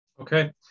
Okay